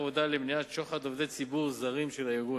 העבודה למניעת שוחד עובדי ציבור זרים של הארגון,